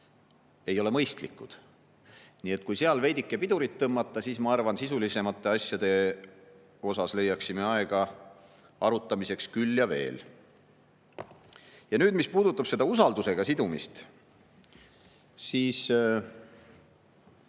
ei ole mõistlikud. Nii et kui seal veidike pidurit tõmmata, siis ma arvan, sisulisemate asjade arutamiseks leiaksime aega küll ja veel. Nüüd, mis puudutab usaldusega sidumist, siis